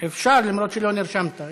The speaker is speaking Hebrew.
אפשר, אפילו שלא נרשמת.